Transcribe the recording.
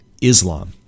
Islam